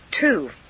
two